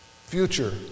Future